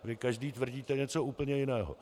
Vy každý tvrdíte něco úplně jiného.